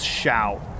shout